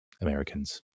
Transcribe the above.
Americans